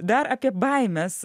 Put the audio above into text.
dar apie baimes